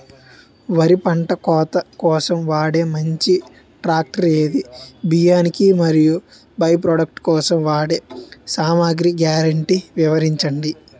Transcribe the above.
వరి పంట కోత కోసం వాడే మంచి ట్రాక్టర్ ఏది? బియ్యాన్ని మరియు బై ప్రొడక్ట్ కోసం వాడే సామాగ్రి గ్యారంటీ వివరించండి?